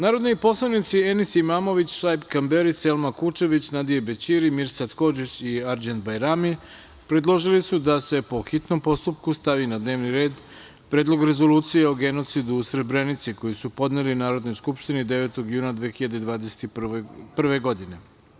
Narodni poslanici Enis Imamović, Šaip Kamberi, Selma Kučević, Nadije Bećiri, Mirsad Hodžić i Arđend Bajrami predložili su da se, po hitnom postupku, stavi na dnevni red – Predlog rezolucije o genocidu u Srebrenici, koji su podneli Narodnoj skupštini 9. juna 2021. godine.